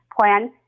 plan